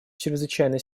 чрезвычайно